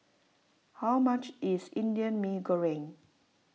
how much is Indian Mee Goreng